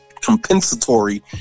compensatory